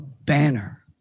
banner